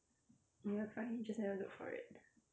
you all find just never look for it